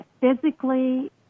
physically